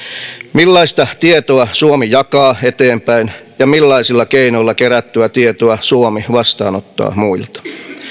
millaista tietoa suomi jakaa eteenpäin ja millaisilla keinoilla kerättyä tietoa suomi vastaanottaa muilta